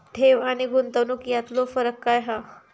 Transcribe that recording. ठेव आनी गुंतवणूक यातलो फरक काय हा?